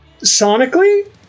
sonically